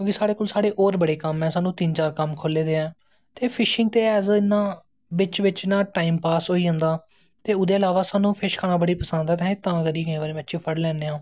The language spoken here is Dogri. क्योंकि साढ़े कोल होर बड़े कम्म ऐं साह्नू तिन्न चार कम्म खोह्ले दे ऐं ते फिशिग ते ऐज़ इयां बिच्च बिच्च ना टाईम पास होई जंदा ते ओह्दे इलावा स्हानू फिश खाना बड़ी पसंद ऐ ते तां करियै केईं बारी मच्छी फड़ी लैन्ने आं